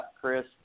Chris